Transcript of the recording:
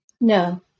No